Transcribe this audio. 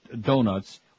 donuts